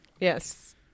Yes